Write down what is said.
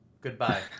Goodbye